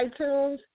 iTunes